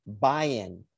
buy-in